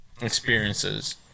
experiences